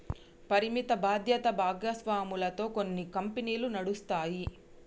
పరిమిత బాధ్యత భాగస్వామ్యాలతో కొన్ని కంపెనీలు నడుస్తాయి